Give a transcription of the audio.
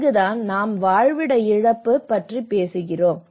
இங்குதான் நாம் வாழ்விட இழப்பு பற்றி பேசுகிறோம்